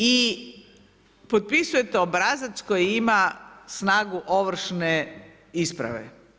I potpisujete obrazac koji ima snagu ovršne isprave.